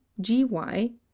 gy